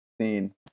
scene